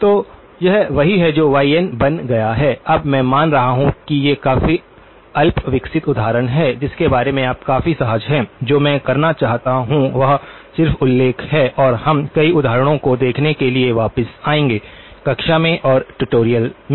तो यह वही है जो y n बन गया है अब मैं मान रहा हूं कि ये काफी अल्पविकसित उदाहरण हैं जिनके बारे में आप काफी सहज हैं जो मैं करना चाहता हूं वह सिर्फ उल्लेख है और हम कई उदाहरणों को देखने के लिए वापस आएंगे कक्षा में और ट्यूटोरियल में